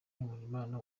nkundimana